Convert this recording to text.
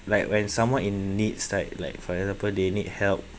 like when someone in needs right like for example they need help